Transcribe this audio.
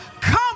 come